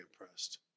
impressed